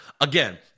Again